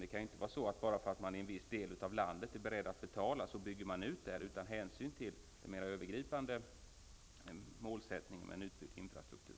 Det kan inte vara så att bara för att man i en viss del av landet är beredd att betala bygger man ut där utan hänsyn till ett mera övergripande mål om en utbyggd infrastruktur.